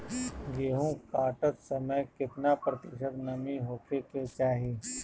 गेहूँ काटत समय केतना प्रतिशत नमी होखे के चाहीं?